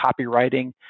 copywriting